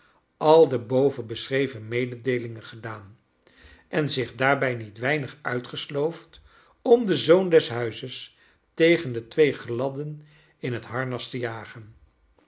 al de boven beschreven mededeelingen gedaan en zich daarbrj niet weinig uitgesloofd om den zoon des huizes tegen de twee gladden in het harnas te jagen